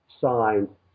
signed